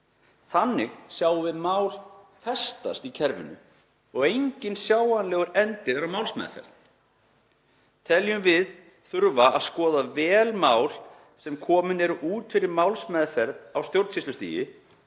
Þannig sjáum við mál festast í kerfinu og enginn sjáanlegur endir er á málsmeðferð. Teljum við því þurfa að skoða vel mál sem komin eru út fyrir málsmeðferð á stjórnsýslustigi